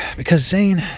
because zane,